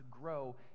grow